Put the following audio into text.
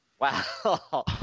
Wow